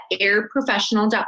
airprofessional.com